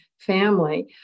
family